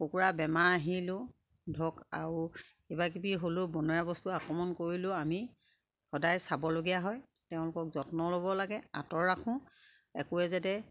কুকুৰা বেমাৰ আহিলোঁ ধক আৰু কিবাকিবি হ'লেও বনৰীয়া বস্তুৱে আক্ৰমণ কৰিলেও আমি সদায় চাবলগীয়া হয় তেওঁলোকক যত্ন ল'ব লাগে আঁতৰত ৰাখোঁ একোৱে যাতে